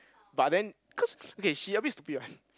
but then cause okay she a bit stupid [one]